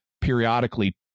periodically